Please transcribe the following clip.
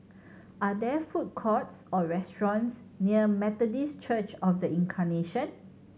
are there food courts or restaurants near Methodist Church Of The Incarnation